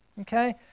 okay